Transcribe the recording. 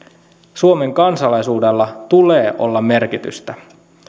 suomen kansalaisuudella tulee olla merkitystä